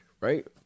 right